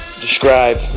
describe